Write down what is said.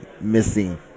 missing –